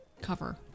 cover